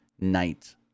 night